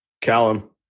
Callum